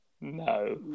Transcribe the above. No